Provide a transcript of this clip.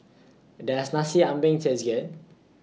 Does Nasi Ambeng Taste Good